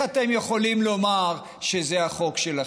איך אתם יכולים לומר שזה החוק שלכם?